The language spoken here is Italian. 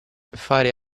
fare